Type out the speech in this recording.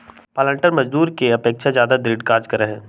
पालंटर मजदूर के अपेक्षा ज्यादा दृढ़ कार्य करा हई